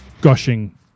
gushing